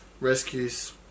rescues